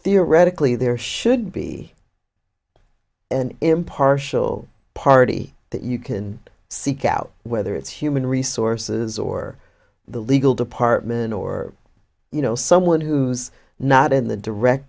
theoretically there should be an impartial party that you can seek out whether it's human resources or the legal department or you know someone who's not in the direct